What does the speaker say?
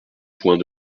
point